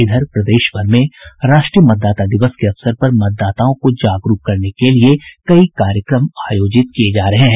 इधर प्रदेशभर में राष्ट्रीय मतदाता दिवस के अवसर पर मतदाताओं को जागरूक करने के लिये कई कार्यक्रम आयोजित किये जा रहे हैं